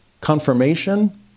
confirmation